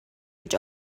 гэж